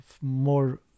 more